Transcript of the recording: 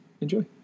enjoy